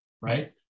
right